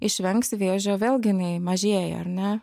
išvengs vėžio vėlgi jinai mažėja ar ne